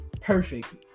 perfect